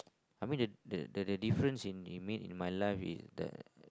I mean the the the difference in he make in my life is that